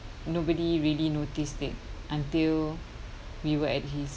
nobody really noticed it until we were at his